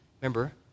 Remember